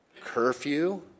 Curfew